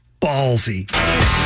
ballsy